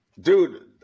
dude